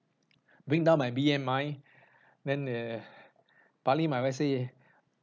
bring down my B_M_I then err partly my wife say